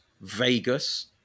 Vegas